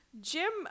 Jim